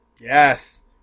Yes